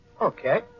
okay